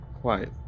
quiet